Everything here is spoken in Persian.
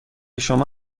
شما